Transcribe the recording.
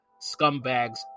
scumbags